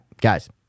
guys